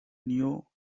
knew